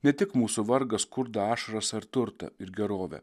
ne tik mūsų vargą skurdą ašaras ar turtą ir gerovę